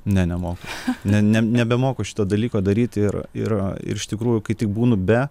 ne nemoku ne ne nebemoku šito dalyko daryti ir ir a ir iš tikrųjų kai tik būnu be